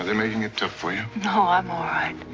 and making it tough for you? no, um like